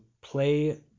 play